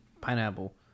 pineapple